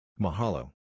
Mahalo